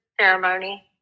ceremony